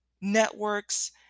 networks